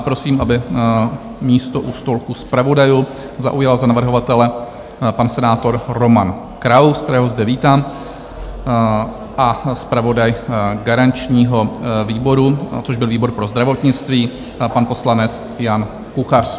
Prosím, aby místo u stolku zpravodajů zaujal za navrhovatele pan senátor Roman Kraus, kterého zde vítám, a zpravodaj garančního výboru, což byl výbor pro zdravotnictví, pan poslanec Jan Kuchař.